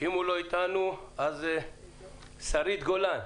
אם הוא לא אתנו, נמשיך לשרית גולן.